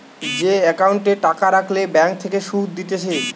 যে একাউন্টে টাকা রাখলে ব্যাঙ্ক থেকে সুধ দিতেছে